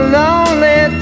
lonely